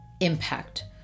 impact